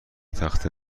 تخته